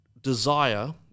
desire